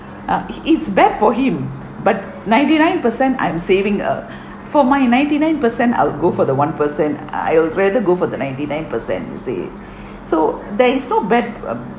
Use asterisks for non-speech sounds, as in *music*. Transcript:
uh it it's bad for him but ninety nine per cent I'm saving uh *breath* for my ninety nine per cent I'll go for the one person I will rather go for the ninety nine per cent you see *breath* so there is no bad um